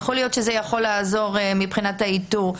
יכול להיות שזה יכול לעזור מבחינת האיתור.